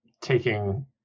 taking